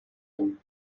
and